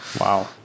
Wow